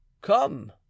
come